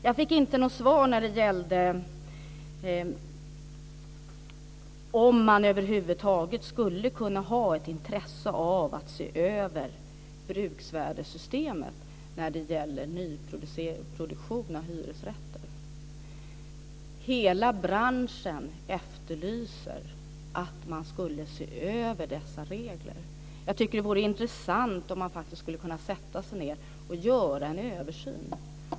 Jag fick inte något svar när det gällde om man över huvud taget skulle kunna ha ett intresse av att se över bruksvärdessystemet när det gäller nyproduktion av hyresrätter. Hela branschen efterlyser att man ser över dessa regler. Jag tycker att det vore intressant om man kunde sätta sig ned och göra en översyn.